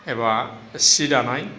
एबा सि दानाय